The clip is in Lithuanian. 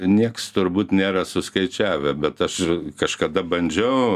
nieks turbūt nėra suskaičiavę bet aš kažkada bandžiau